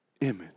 image